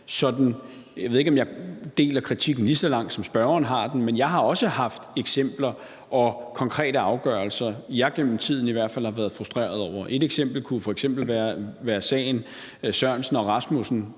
jeg ved ikke, om jeg deler den lige så langt, som spørgeren tager den. Men jeg har også haft eksempler og konkrete afgørelser, jeg i hvert fald gennem tiden har været frustreret over. Et eksempel kunne for eksempel være sagen Sørensen og Rasmussen